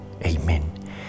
Amen